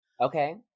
Okay